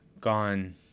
gone